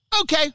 Okay